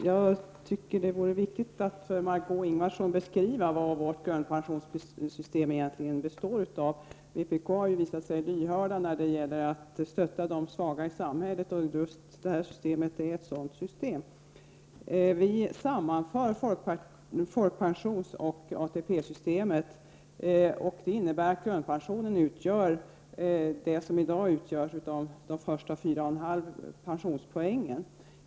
Herr talman! Det är viktigt att för Margöé Ingvardsson beskriva vad vårt grundpensionssystem egentligen innebär. Vpk har ju visat sig vara lyhört när det gäller att stötta de svaga i samhället. Vårt system är ett sådant system. Vi vill sammanföra folkpensionsoch ATP-systemen, vilket innebär att grundpensionen utgör det som i dag är de första 4,5 pensionspoängen.